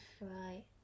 Right